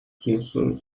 people